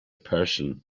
person